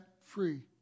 free